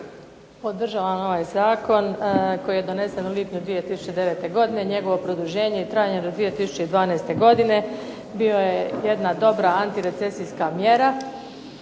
podržavam ovaj Zakon, koji je donesen u lipnju 2009. godine, njegovo produženje i trajanje do 2012. godine, bio je jedna dobra antirecesijska mjera,